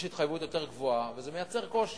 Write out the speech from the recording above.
יש התחייבות יותר גבוהה, וזה מייצר קושי.